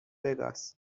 وگاس